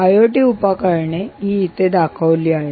IoT उपकरणे ही इथे दाखवली आहेत